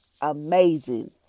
amazing